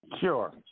Sure